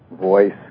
voice